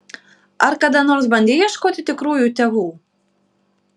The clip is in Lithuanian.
ar kada nors bandei ieškoti tikrųjų tėvų